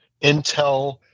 intel